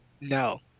No